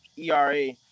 ERA